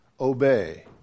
Obey